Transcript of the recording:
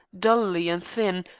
dully and thin,